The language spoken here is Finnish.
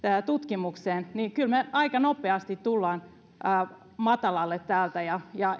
tutkimukseen niin kyllä me aika nopeasti tulemme matalalle täältä ja ja